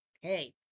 Hey